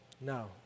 No